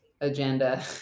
agenda